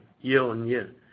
year-on-year